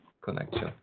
connection